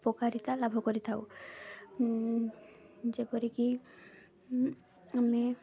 ଉପକାରିତା ଲାଭ କରିଥାଉ ଯେପରିକି ଆମେ